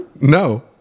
No